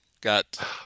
got